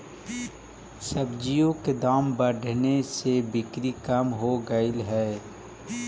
सब्जियों के दाम बढ़ने से बिक्री कम हो गईले हई